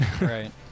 Right